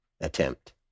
attempt